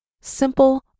simple